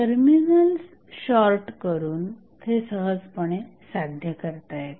terminals short करून हे सहजपणे साध्य करता येते